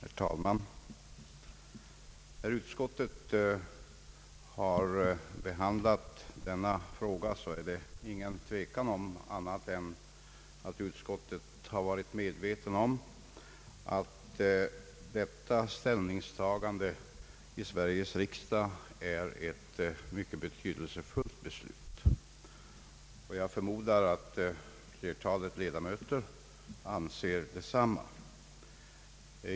Herr talman! Det råder ingen tvekan om att utskottet vid sin behandling av denna fråga känt sig medvetet om att detta ställningstagande i Sveriges riksdag är mycket betydelsefullt. Jag förmodar att flertalet ledamöter anser detsamma.